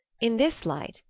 in this light,